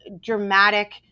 dramatic